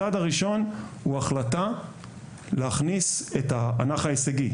הצעד הראשון החלטה להכניס את האנך ההישגי,